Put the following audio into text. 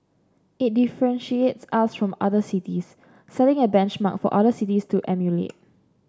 it differentiates us from other cities setting a benchmark for other cities to emulate